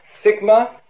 Sigma